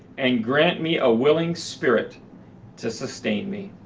and grant me a willing spirit to sustain me,